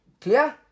Clear